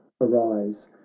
arise